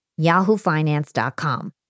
yahoofinance.com